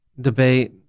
debate